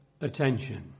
attention